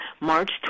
March